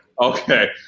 Okay